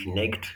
vinaigitra